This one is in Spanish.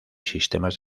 sistemas